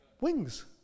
Wings